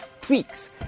tweaks